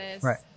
Right